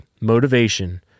motivation